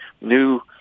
new